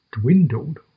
dwindled